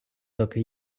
доки